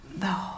No